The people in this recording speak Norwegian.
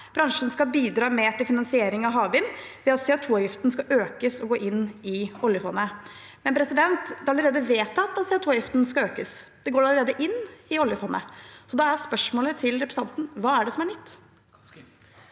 Bransjen skal bidra mer til finansiering av havvind ved at CO2-avgiften skal økes og gå inn i oljefondet. Men det er allerede vedtatt at CO2-avgiften skal økes. Det går allerede inn i oljefondet. Da er spørsmålet til representanten: Hva er det som er nytt?